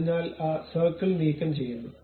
അതിനാൽ ആ സർക്കിൾ നീക്കംചെയ്യുന്നു